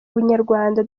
ubunyarwanda